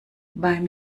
beim